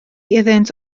iddynt